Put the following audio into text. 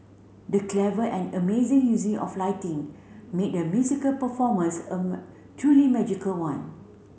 the clever and amazing using of lighting made the musical performance a truly magical one